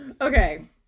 okay